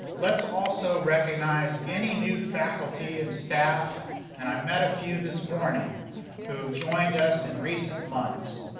let's also recognize any new faculty and staff and i met a few this morning who have joined us in recent months.